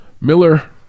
Miller